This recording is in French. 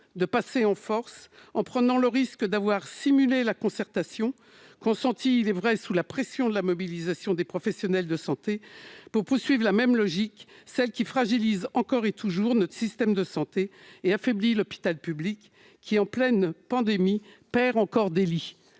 de passer en force en prenant le risque d'avoir simulé la concertation, consentie il est vrai sous la pression de la mobilisation des professionnels de santé, pour poursuivre selon la même logique : celle qui fragilise encore et toujours notre système de santé et affaiblit l'hôpital public, lequel, en pleine pandémie, perd encore des lits.